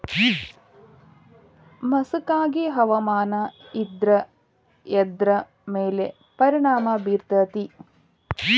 ಮಸಕಾಗಿ ಹವಾಮಾನ ಇದ್ರ ಎದ್ರ ಮೇಲೆ ಪರಿಣಾಮ ಬಿರತೇತಿ?